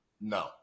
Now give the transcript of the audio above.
No